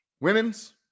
Women's